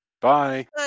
Bye